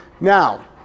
Now